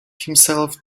himself